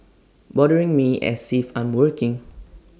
bothering me as if I'm working